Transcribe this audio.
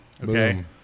Okay